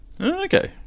Okay